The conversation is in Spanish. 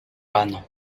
vano